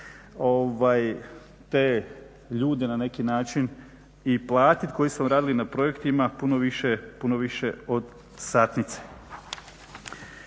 te ljude na neki način i platiti koji su vam radili na projektima puno više od satnice?